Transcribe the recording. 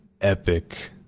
epic